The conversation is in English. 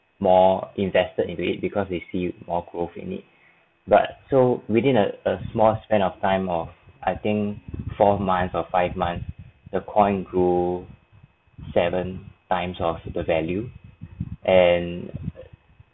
more invested into it because they see more growth in it but so within a a small span of time of I think four month or five month the coin grew seven times of super value and